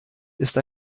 ist